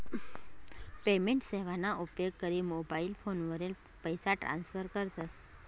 payment सेवाना उपेग करी मोबाईल फोनवरी पैसा ट्रान्स्फर करतस